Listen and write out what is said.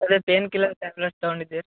ಅದೆ painkiller tablet ತಗೊಂಡಿದ್ದೆ